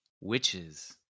Witches